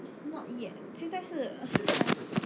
it's not yet 现在是